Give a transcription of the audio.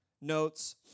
notes